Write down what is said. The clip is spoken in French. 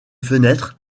fenêtres